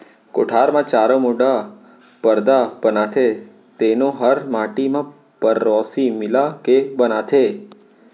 कोठार म चारों मुड़ा परदा बनाथे तेनो हर माटी म पेरौसी मिला के बनाथें